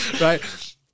Right